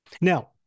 Now